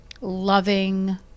loving